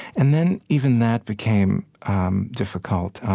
and then even that became um difficult.